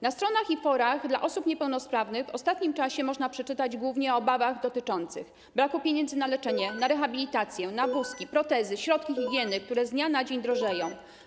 Na stronach i formach dla osób niepełnosprawnych w ostatnim czasie można przeczytać głównie o obawach dotyczących braku pieniędzy na leczenie, na rehabilitację, na wózki, protezy, środki higieny, które z dnia na dzień drożeją.